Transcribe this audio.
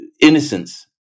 innocence